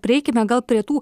prieikime gal prie tų